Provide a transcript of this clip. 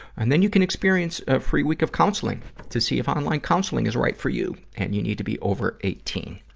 and then you can experience a free week of counseling to see if online counseling in right for you. and you need to be over eighteen.